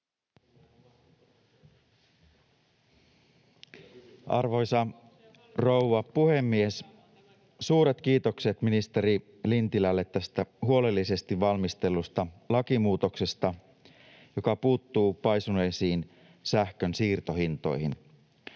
Arvoisa rouva puhemies! Suuret kiitokset ministeri Lintilälle tästä huolellisesti valmistellusta lakimuutoksesta, joka puuttuu paisuneisiin sähkön siirtohintoihin.